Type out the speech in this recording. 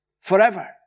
forever